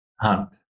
hunt